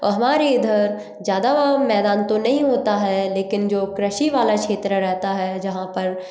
और हमारे इधर ज़्यादा मैदान तो नहीं होता है लेकिन जो कृषि वाला क्षेत्र रहता है जहाँ पर